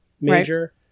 major